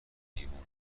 دیوونه